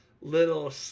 little